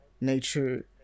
nature